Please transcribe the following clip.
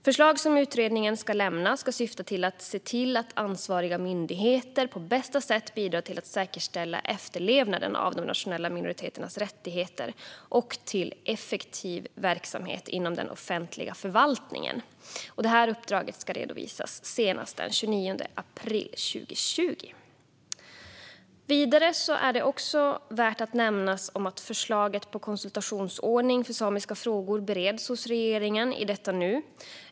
Förslag som utredningen ska lämna ska syfta till att se till att ansvariga myndigheter på bästa sätt bidrar till att säkerställa efterlevnaden av de nationella minoriteternas rättigheter och till effektiv verksamhet inom den offentliga förvaltningen. Uppdraget ska redovisas senast den 29 april 2020. Vidare är det också värt att nämna att förslag om en konsultationsordning för samiska frågor bereds hos regeringen i detta nu.